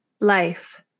Life